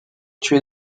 tués